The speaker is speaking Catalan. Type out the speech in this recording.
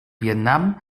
vietnam